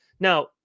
Now